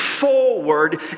forward